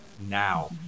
now